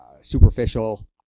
superficial